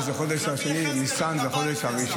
זה החודש השני, נכון.